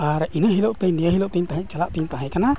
ᱟᱨ ᱤᱱᱟᱹᱦᱤᱞᱳᱜ ᱛᱤᱧ ᱱᱤᱭᱟᱹ ᱦᱤᱞᱳᱜ ᱛᱤᱧ ᱛᱟᱦᱮᱸ ᱠᱟᱱᱟ ᱪᱟᱞᱟᱜ ᱛᱟᱦᱮᱸ ᱠᱟᱱᱟ